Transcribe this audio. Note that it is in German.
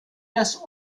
das